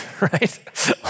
right